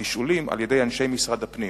התשאולים על-ידי אנשי משרד הפנים.